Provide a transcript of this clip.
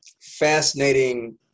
fascinating